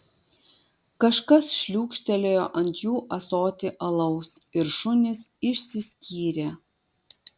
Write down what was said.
kažkas šliūkštelėjo ant jų ąsotį alaus ir šunys išsiskyrė